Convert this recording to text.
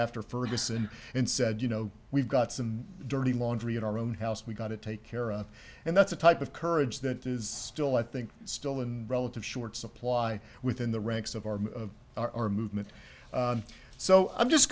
ferguson and said you know we've got some dirty laundry in our own house we've got to take care of and that's a type of courage that is still i think still in relative short supply within the ranks of our of our movement so i'm just